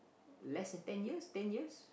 less than ten years ten years